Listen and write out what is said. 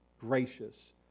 gracious